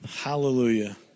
Hallelujah